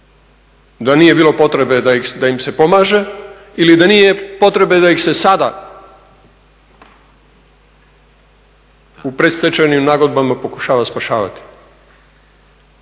da nije bilo potrebe da im se pomaže ili da nije potrebe da ih se sada u predstečajnim nagodbama pokušava spašavati?